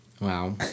Wow